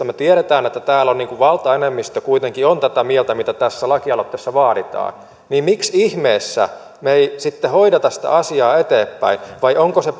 me tiedämme että täällä on valtaenemmistö kuitenkin tätä mieltä mitä tässä lakialoitteessa vaaditaan niin että miksi ihmeessä me emme sitten hoida sitä asiaa eteenpäin vai onko se